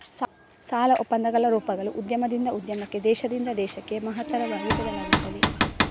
ಸಾಲ ಒಪ್ಪಂದಗಳ ರೂಪಗಳು ಉದ್ಯಮದಿಂದ ಉದ್ಯಮಕ್ಕೆ, ದೇಶದಿಂದ ದೇಶಕ್ಕೆ ಮಹತ್ತರವಾಗಿ ಬದಲಾಗುತ್ತವೆ